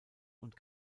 und